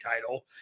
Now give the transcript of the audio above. title